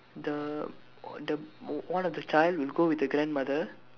the the one of the child will go with the grandmother